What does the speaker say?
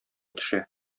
төшә